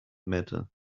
matter